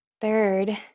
Third